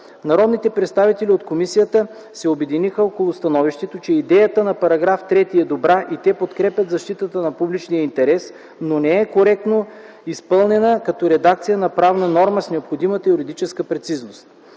Народните представители от комисията се обединиха около становището, че идеята на § 3 е добра и те подкрепят защитата на публичния интерес, но не е коректно изпълнена като редакция на правна норма с необходимата юридическа прецизност.